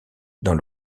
dans